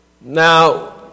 Now